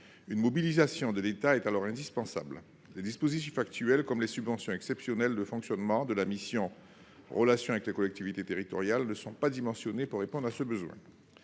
Une mobilisation de l'État est alors indispensable. Les dispositifs actuels, comme les subventions exceptionnelles de fonctionnement de la mission « Relations avec les collectivités territoriales », ne sont pas dimensionnés pour répondre à ce besoin.